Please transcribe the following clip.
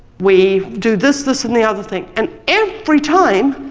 we do this, this, and the other thing, and every time